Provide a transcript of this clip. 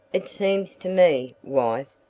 it seems to me, wife,